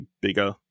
bigger